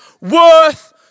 worth